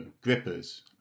grippers